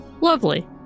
Lovely